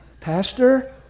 Pastor